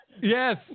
Yes